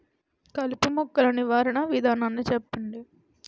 కలుపు మొక్కలు నివారణ విధానాన్ని చెప్పండి?